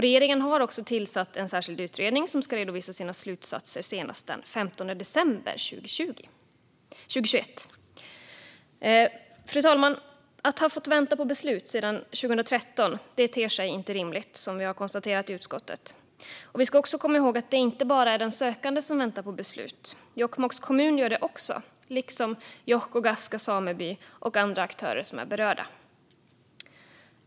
Regeringen har tillsatt en särskild utredning som ska redovisa sina slutsatser senast den 15 december 2021. Fru talman! Att ha fått vänta på beslut sedan 2013 ter sig inte rimligt, som vi har konstaterat i utskottet. Vi ska också komma ihåg att det inte bara är den sökande som väntar på beslut. Jokkmokks kommun gör det också, liksom Jåhkågasska sameby och andra aktörer som är berörda.